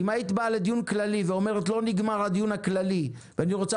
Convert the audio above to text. אם היית באה לדיון הכללי ואומרת שלא נגמר הדיון הכללי ואת רוצה